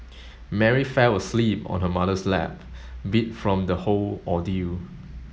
Mary fell asleep on her mother's lap beat from the whole ordeal